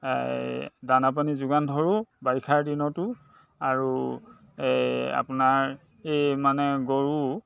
দানা পানী যোগান ধৰোঁ বাৰিষাৰ দিনতো আৰু আপোনাৰ এই মানে গৰু